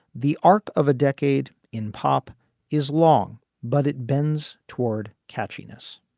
the arc of a decade in pop is long, but it bends toward catchiness.